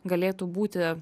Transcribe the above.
galėtų būti